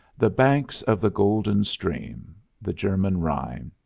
the banks of the golden stream, the german rhine,